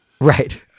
Right